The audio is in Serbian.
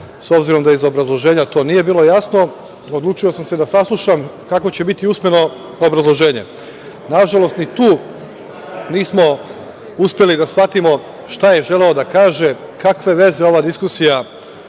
s obzirom da iz obrazloženja to nije bilo jasno, odlučio sam da saslušam kako će biti usmeno obrazloženje. Nažalost, ni tu nismo uspeli da shvatimo šta je želeo da kaže, kakve veze ova diskusija